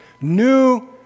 new